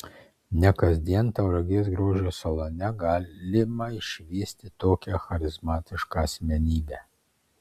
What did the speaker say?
ne kasdien tauragės grožio salone galima išvysti tokią charizmatišką asmenybę